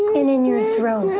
in in your throat.